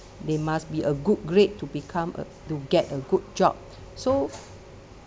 they must be a good grade to become a to get a good job so